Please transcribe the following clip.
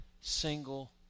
single